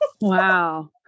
Wow